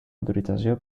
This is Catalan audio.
autorització